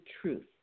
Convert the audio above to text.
truth